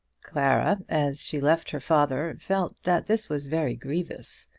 clara, as she left her father, felt that this was very grievous.